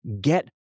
Get